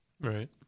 Right